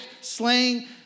slaying